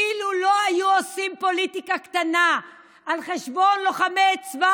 אילו לא היו עושים פוליטיקה קטנה על חשבון לוחמי צבא